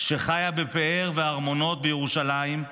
שחיה בפאר וארמונות ירושלים,